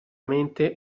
mente